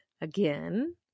Again